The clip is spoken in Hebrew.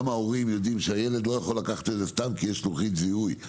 גם ההורים יודעים שהילד לא יכול לקחת את זה סתם כי יש לוחית זיהוי.